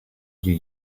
you